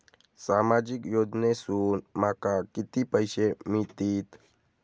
सामाजिक योजनेसून माका किती पैशे मिळतीत?